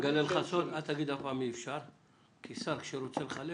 אני אגלה לך סוד: אל תגיד אף פעם אי-אפשר כי כששר רוצה לחלק